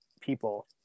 people